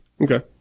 Okay